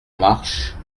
marche